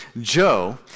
Joe